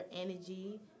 energy